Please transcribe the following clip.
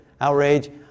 outrage